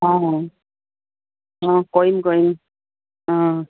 অঁ অঁ কৰিম কৰিম অঁ